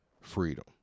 freedom